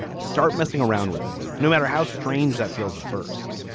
start messing around with it, no matter how strange that feels. first.